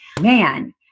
man